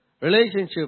relationship